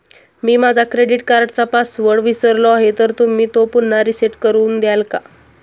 मी माझा क्रेडिट कार्डचा पासवर्ड विसरलो आहे तर तुम्ही तो पुन्हा रीसेट करून द्याल का?